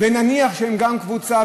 ונניח שהן גם קבוצה,